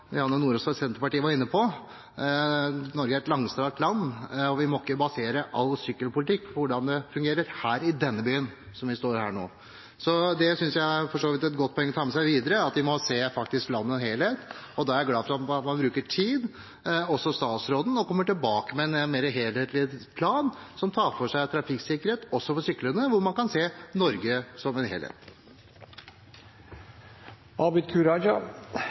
Janne Sjelmo Nordås fra Senterpartiet var inne på. Norge er et langstrakt land, og vi må ikke basere all sykkelpolitikk på hvordan det fungerer i den byen vi er i nå. Jeg synes for så vidt det er et godt poeng å ta med seg videre at vi faktisk må se landet som en helhet. Jeg er glad for at man bruker tid – også statsråden – og kommer tilbake med en mer helhetlig plan som tar for seg trafikksikkerhet også for syklende, hvor man kan se Norge som en helhet. Representanten Abid Q. Raja